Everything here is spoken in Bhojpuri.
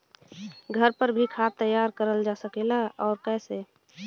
घर पर भी खाद तैयार करल जा सकेला और कैसे?